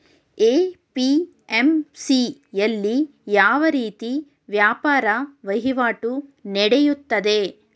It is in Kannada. ಎ.ಪಿ.ಎಂ.ಸಿ ಯಲ್ಲಿ ಯಾವ ರೀತಿ ವ್ಯಾಪಾರ ವಹಿವಾಟು ನೆಡೆಯುತ್ತದೆ?